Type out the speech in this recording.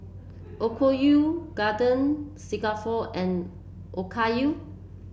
Okayu Garden Stroganoff and Okayu